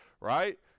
right